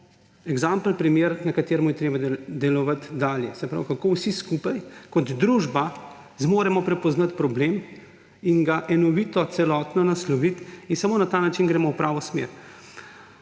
eksemplaričen primer, na kateremu je treba delovati dalje; se pravi, kako vsi skupaj kot družba zmoremo prepoznati problem in ga enovito, celotno nasloviti in samo na ta način gremo v pravo smer.